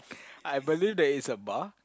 I believe that it's a bar